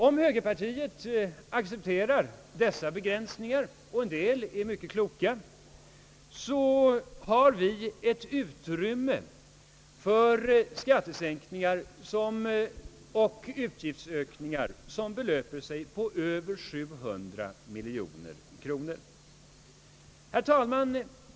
Om högerpartiet accepterar dessa begränsningar — och en del är mycket kloka — så har vi ett utrymme för skattesänkningar och utgiftsökningar på sammanlagt över 700 miljoner kronor. Herr talman!